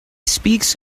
speaks